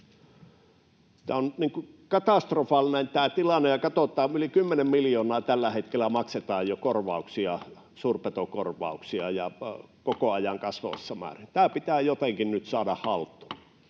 Tämä tilanne on katastrofaalinen, kun yli 10 miljoonaa tällä hetkellä jo maksetaan suurpetokorvauksia ja koko ajan kasvavassa määrin. Tämä pitää jotenkin nyt saada haltuun.